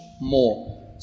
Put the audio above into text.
more